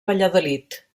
valladolid